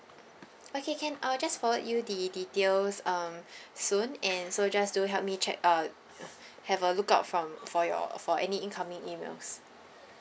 okay can I'll just forward you the details um soon and so just to help me check uh have a look out from for your for any incoming emails